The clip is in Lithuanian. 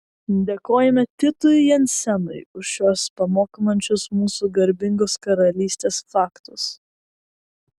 dėkojame titui jensenui už šiuos pamokančius mūsų garbingos karalystės faktus